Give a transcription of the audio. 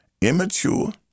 immature